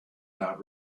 not